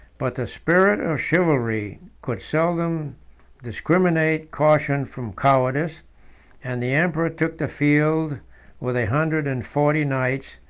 but the spirit of chivalry could seldom discriminate caution from cowardice and the emperor took the field with a hundred and forty knights,